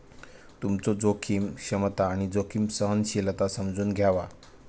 तुमचो जोखीम क्षमता आणि जोखीम सहनशीलता समजून घ्यावा